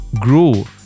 grow